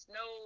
no